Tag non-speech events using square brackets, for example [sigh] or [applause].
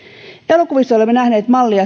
elokuvissa olemme nähneet mallia [unintelligible]